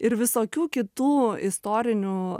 ir visokių kitų istorinių